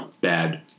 bad